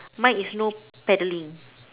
mine is no paddling